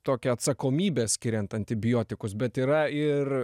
tokią atsakomybę skiriant antibiotikus bet yra ir